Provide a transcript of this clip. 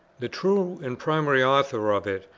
the true and primary author of it,